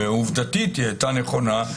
ועובדתית היא הייתה נכונה,